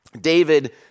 David